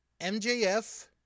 MJF